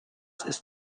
ist